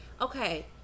okay